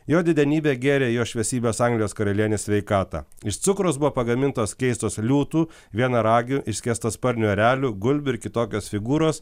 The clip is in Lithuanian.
jo didenybė gėrė į jo šviesybės anglijos karalienės sveikatą iš cukrus buvo pagamintos keistos liūtų vienaragių išskėstasparnių erelių gulbių ir kitokios figūros